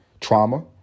trauma